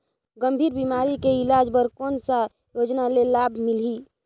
गंभीर बीमारी के इलाज बर कौन सा योजना ले लाभ मिलही?